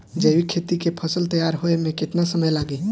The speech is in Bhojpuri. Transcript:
जैविक खेती के फसल तैयार होए मे केतना समय लागी?